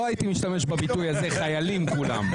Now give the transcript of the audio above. לא הייתי משתמש בביטוי הזה חיילים כולם.